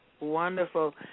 wonderful